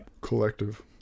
Collective